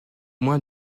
moins